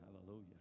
hallelujah